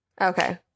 Okay